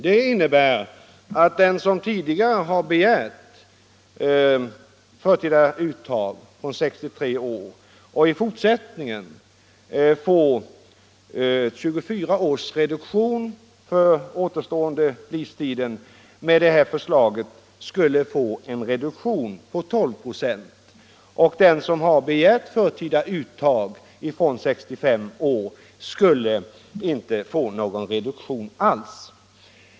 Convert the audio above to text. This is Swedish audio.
Det innebär att den som tidigare har begärt förtida uttag från 63 år och som får 24 96 reduktion för den återstående livstiden i stället skulle få en reduktion med 12 96, och den som har begärt förtida uttag från 65 .år skulle inte få någon reduktion alls.